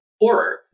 horror